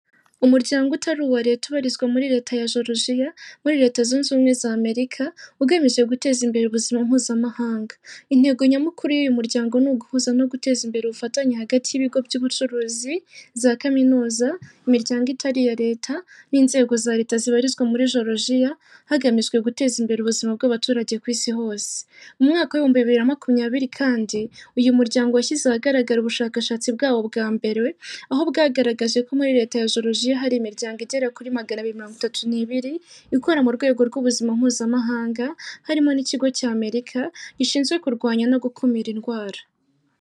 Umuryango utari uwa leta ubarizwa muri leta ya Jorojiya, muri leta zunze ubumwe za amerika ugamije guteza imbere ubuzima mpuzamahanga. Intego nyamukuru y'uyu muryango ni uguhuza no guteza imbere ubufatanye hagati y'ibigo by'ubucuruzi, za kaminuza, imiryango itari iya leta n'inzego za leta zibarizwa muri Jorogiya, hagamijwe guteza imbere ubuzima bw'abaturage ku isi hose. Mu mwaka w ibihumbi bibiri na makumyabiri kandi, uyu muryango washyize ahagaragara ubushakashatsi bwawo bwa mbere, aho bwagaragaje ko muri leta ya Jorogiya hari imiryango igera kuri magana abiri mirongo itatu n' ibiri ikora mu rwego rw'ubuzima mpuzamahanga harimo n'ikigo cy amerika gishinzwe kurwanya no gukumira indwara.